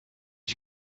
you